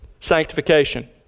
sanctification